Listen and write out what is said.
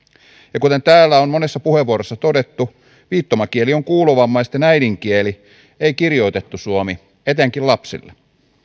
ja kuten täällä on monessa puheenvuorossa todettu viittomakieli on kuulovammaisten äidinkieli ei kirjoitettu suomi etenkin lapsille